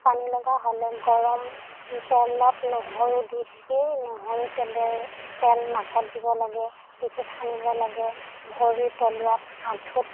পানীলগা হ'লে গৰম তেলত নহৰু দি সেই নহৰু তেলেৰে তেল নাকত দিব লাগে পিঠিত সানিব লাগে ভৰিৰ তলুৱাত আঁঠুত